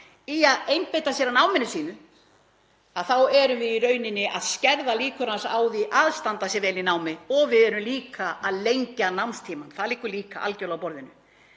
í að einbeita sér að náminu sínu, þá erum við í rauninni að skerða líkur hans á því að standa sig vel í námi og við erum líka að lengja námstímann. Það liggur líka algjörlega á borðinu.